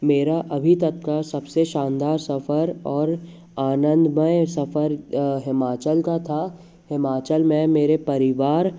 मेरा अभी तक का सबसे शानदार सफर आनंदमय सफर हिमाचल का था हिमाचल में मेरे परिवार